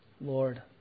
Lord